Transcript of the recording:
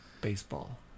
Baseball